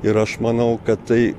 ir aš manau kad tai